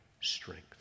strength